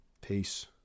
Peace